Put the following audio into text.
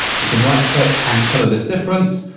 you can right click, and colour this different.